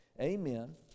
amen